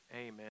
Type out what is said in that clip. Amen